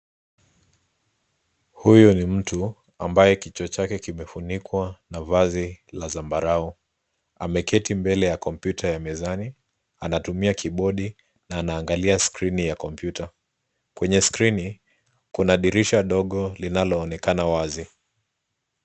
Huyu ni mtu ambaye kichwa chake kimefunikwa na vazi la zambarau. Ameketi mbele ya kompyuta ya mezani. Anatumia kibodi na anaangalia skirini ya kompyuta. Kwenye skirini, kuna dirisha ndogo linaloonekana wazi.